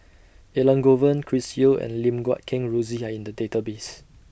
Elangovan Chris Yeo and Lim Guat Kheng Rosie Are in The Database